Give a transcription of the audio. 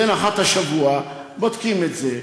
זה נחת השבוע, בודקים את זה.